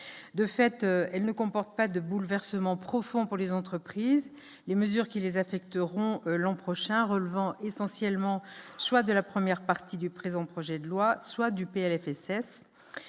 de fait, elle ne comporte pas de bouleversements profonds pour les entreprises, les mesures qui les affecteront l'an prochain, relevant essentiellement, choix de la première partie du présent projet de loi soit du PLFSS